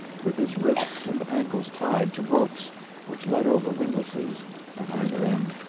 with his wrists and ankles tied to ropes which led over windlasses at either end.